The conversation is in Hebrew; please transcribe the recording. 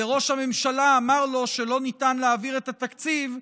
וראש הממשלה אמר לו שלא ניתן להעביר את התקציב,